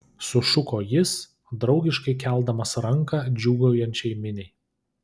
sušuko jis draugiškai keldamas ranką džiūgaujančiai miniai